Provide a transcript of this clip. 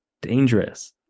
dangerous